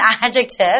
adjective